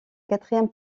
quatrième